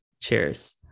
Cheers